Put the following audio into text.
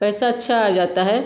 पैसा अच्छा आ जाता है